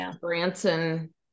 Branson